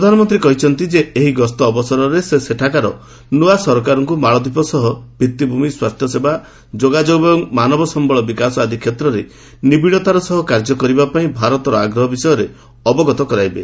ପ୍ରଧାନମନ୍ତ୍ରୀ କହିଛନ୍ତି ଯେ ଏହି ଗସ୍ତ ଅବସରରେ ସେ ସେଠାକାର ନୂଆ ସରକାରଙ୍କୁ ମାଳଦ୍ୱୀପ ସହ ଭିଭିଭୂମି ସ୍ୱାସ୍ଥ୍ୟସେବା ଯୋଗଯୋଗ ଏବଂ ମାନବ ସମ୍ଭଳ ବିକାଶ ଆଦି କ୍ଷେତ୍ରରେ ନିବିଡତାର ସହ କାର୍ଯ୍ୟ କରିବା ପାଇଁ ଭାରତର ଆଗ୍ରହ ବିଷୟରେ ଅବଗତ କରାଇବେ